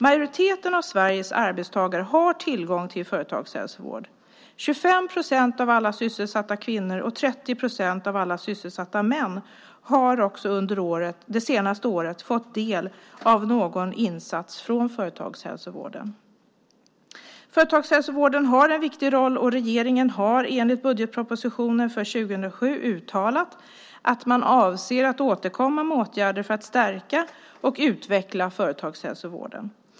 Majoriteten av Sveriges arbetstagare har tillgång till företagshälsovård. 25 procent av alla sysselsatta kvinnor och 30 procent av alla sysselsatta män har under det senaste året fått del av någon insats från företagshälsovården. Företagshälsovården har en viktig roll, och regeringen har enligt budgetpropositionen för 2007 uttalat att man avser att återkomma med åtgärder för att stärka och utveckla företagshälsovården.